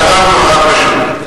הדבר נורא פשוט.